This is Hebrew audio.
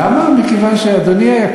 למה שיהודים יעלו